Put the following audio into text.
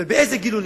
ובאיזה גיל הוא,